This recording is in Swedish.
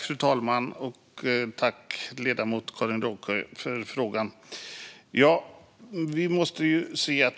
Fru talman! Jag tackar ledamoten Karin Rågsjö för frågan.